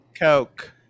Coke